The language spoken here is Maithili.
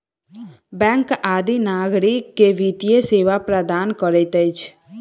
बैंक आदि नागरिक के वित्तीय सेवा प्रदान करैत अछि